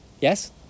Yes